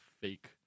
fake